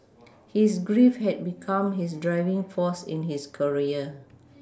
his grief had become his driving force in his career